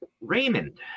raymond